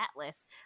Atlas